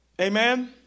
Amen